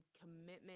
commitment